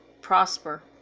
prosper